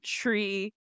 tree